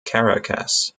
caracas